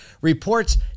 reports